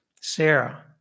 Sarah